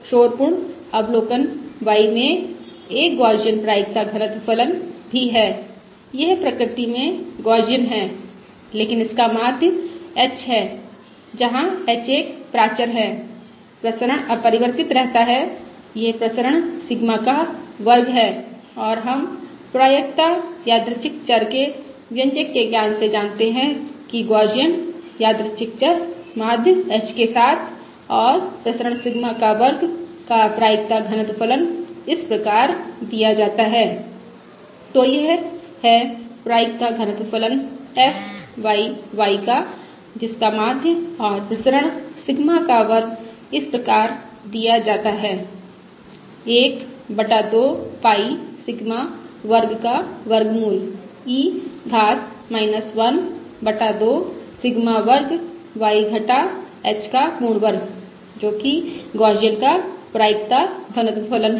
शोरपूर्ण अवलोकन y में एक गौसियन प्रायिकता घनत्व फलन भी है यह प्रकृति में गौसियन है लेकिन इसका माध्य h है जहां h एक प्राचर है प्रसरण अपरिवर्तित रहता है यह प्रसरण सिग्मा का वर्ग है और हम प्रायिकता यादृच्छिक चर के व्यंजक के ज्ञान से जानते हैं कि माध्य h के साथ और प्रसरण सिग्मा का वर्ग का गौसियन यादृच्छिक चर प्रायिकता घनत्व फलन इस प्रकार दिया जाता है तो यह है प्रायिकता घनत्व फलन fy y का जिसका माध्य और प्रसरण सिग्मा का वर्ग इस प्रकार दिया जाता है 1 बटा 2 पाई सिग्मा वर्ग का वर्गमूल e घात 1 बटा 2 सिग्मा वर्ग y घटा h का पूर्ण वर्ग जो कि गौसियन का प्रायिकता घनत्व फलन है